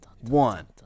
one